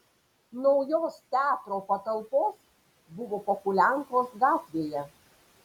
naujos teatro patalpos buvo pohuliankos gatvėje